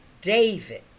David